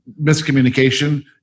miscommunication